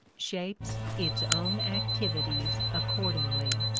shapes its own activities accordingly.